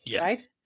Right